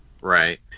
Right